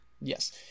Yes